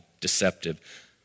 deceptive